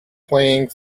playing